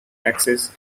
taxes